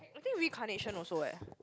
I think reincarnation also eh